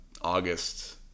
August